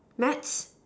maths